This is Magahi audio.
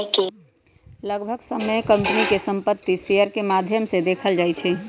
लगभग सभ्भे कम्पनी के संपत्ति शेयर के माद्धम से देखल जाई छई